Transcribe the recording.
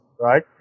right